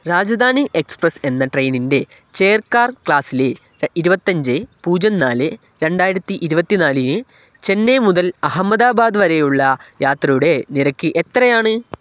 Rajdhani express എന്ന ട്രെയിനിൻ്റെ chair car ക്ലാസിലെ ഇരുപത്തിയഞ്ച് പൂജ്യം നാല് രണ്ടായിരത്തി ഇരുപത്തിനാലിന് ചെന്നൈ മുതൽ അഹമ്മദാബാദ് വരെയുള്ള യാത്രയുടെ നിരക്ക് എത്രയാണ്